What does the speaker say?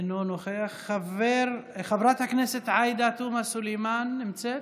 אינו נוכח, חברת הכנסת עאידה תומא סלימאן נמצאת?